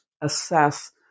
assess